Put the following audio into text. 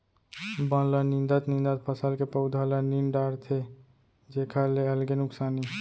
बन ल निंदत निंदत फसल के पउधा ल नींद डारथे जेखर ले अलगे नुकसानी